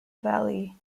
valley